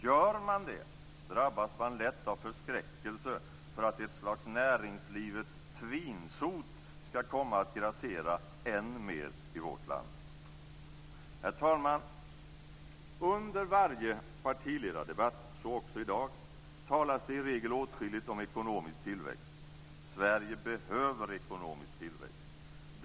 Gör man det drabbas man lätt av förskräckelse för att ett slags näringslivets tvinsot skall komma att grassera än mer i vårt land. Herr talman! Under varje partiledardebatt, så också i dag, talas det i regel åtskilligt om ekonomisk tillväxt. Sverige behöver ekonomisk tillväxt.